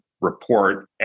report